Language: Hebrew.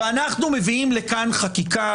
ואנחנו מביאים לכאן חקיקה,